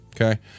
Okay